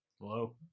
Hello